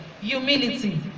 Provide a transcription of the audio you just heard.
Humility